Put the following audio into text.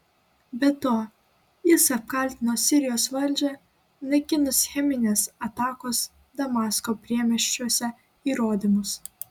be to jis apkaltino sirijos valdžią naikinus cheminės atakos damasko priemiesčiuose įrodymus